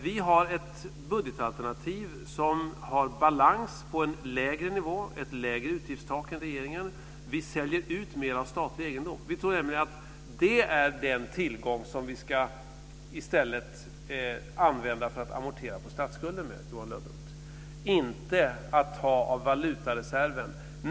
Vi har ett budgetalternativ som har balans på en lägre nivå med ett lägre utgiftstak än regeringens. Vi säljer ut mer av statlig egendom. Vi tror nämligen att det är den tillgång som vi i stället ska använda för att amortera på statsskulden med, Johan Lönnroth. Vi ska inte ta av valutareserven.